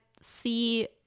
see